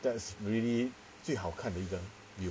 that's really 最好看的一个 view